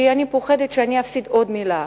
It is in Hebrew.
כי אני פוחדת שאני אפסיד עוד מלה,